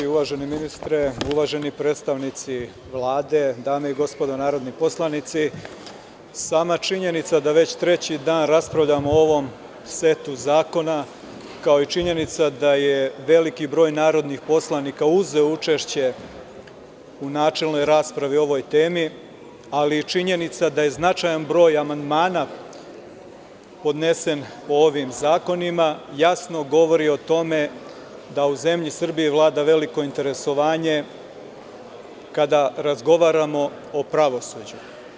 Uvaženi ministre, uvaženi predstavnici Vlade, dame i gospodo narodni poslanici, sama činjenica da već treći dan raspravljamo o ovom setu zakona, kao i činjenica da je veliki broj narodnih poslanika uzeo učešće u načelnoj raspravi o ovoj temi, ali i činjenica da je značajan broj amandmana podnesen po ovim zakonima, jasno govori o tome da u zemlji Srbiji vlada veliko interesovanje kada razgovaramo o pravosuđu.